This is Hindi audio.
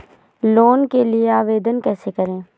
लोन के लिए आवेदन कैसे करें?